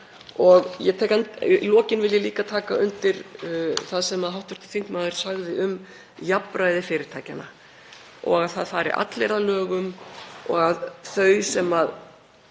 Í lokin vil ég líka taka undir það sem hv. þingmaður sagði um jafnræði fyrirtækjanna og að það fari allir að lögum og að það sé